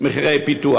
מבחינת מחירי פיתוח.